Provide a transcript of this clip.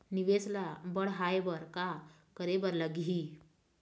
निवेश ला बड़हाए बर का करे बर लगही?